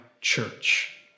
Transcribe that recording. church